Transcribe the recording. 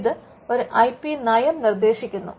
ഇത് ഒരു I P നയം നിർദേശിക്കുന്നു